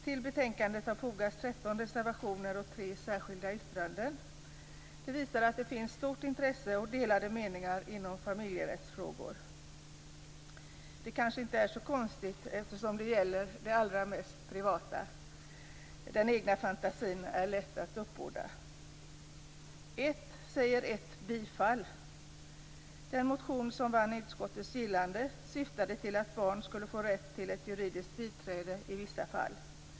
Till betänkandet har fogats 13 reservationer och tre särskilda yttranden. Det visar att det finns stort intresse och delade meningar inom familjerättsfrågor. Det kanske inte är så konstigt, eftersom det gäller det allra mest privata där den egna fantasin är lätt att uppbåda. Utskottet tillstyrker bifall till en motion. Den motion som vann utskottets gillande syftade till att barn skall få rätt till juridiskt biträde i vissa fall.